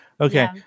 okay